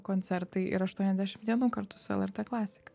koncertai ir aštuoniasdešimt dienų kartu su lrt klasika